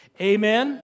Amen